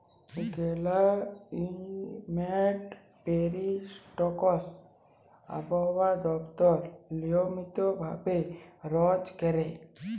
climate prediction আবহাওয়া দপ্তর নিয়মিত ভাবে রজ ক্যরে